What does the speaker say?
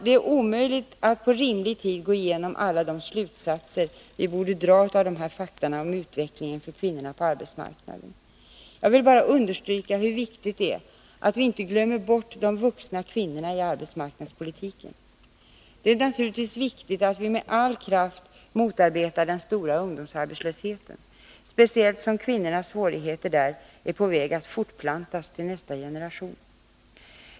Det är omöjligt att här på rimlig tid gå igenom alla de slutsatser vi borde dra av dessa fakta om utvecklingen för kvinnorna på arbetsmarknaden. Jag vill bara understryka hur viktigt det är att vi inte glömmer bort de vuxna kvinnorna i arbetsmarknadspolitiken. Det är naturligtvis viktigt att vi med all kraft motarbetar den stora ungdomsarbetslösheten, speciellt som kvinnornas svårigheter där är på väg att fortplantas till nästa generation.